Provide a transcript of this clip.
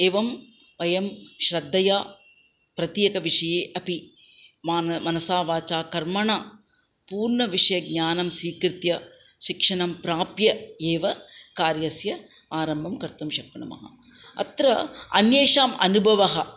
एवं वयं श्रद्धया प्रत्येकविषये अपि मान मनसा वाचा कर्मणा पूर्णविषयज्ञानं स्वीकृत्य शिक्षणं प्राप्य एव कार्यस्य आरम्भं कर्तुं शक्नुमः अत्र अन्येषाम् अनुभवः